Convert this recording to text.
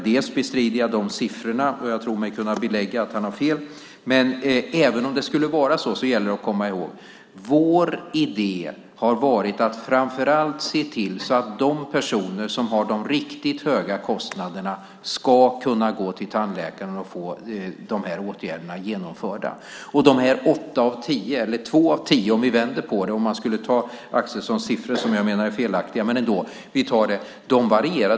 Jag bestrider de siffrorna, för jag tror mig kunna belägga att han har fel. Men även om det skulle vara så gäller det att komma ihåg: Vår idé har varit att framför allt se till att de personer som har de riktigt höga kostnaderna ska kunna gå till tandläkaren och få de här åtgärderna genomförda. Och de här åtta av tio, eller två av tio om vi vänder på det - jag menar att Axelssons siffror är felaktiga - varierar.